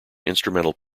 instrumental